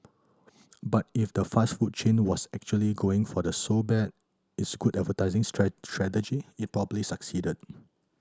but if the fast food chain was actually going for the so bad it's good advertising strategy it probably succeeded